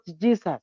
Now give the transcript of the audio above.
Jesus